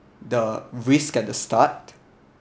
the risk at the start